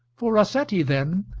for rossetti, then,